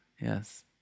Yes